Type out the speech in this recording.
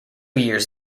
years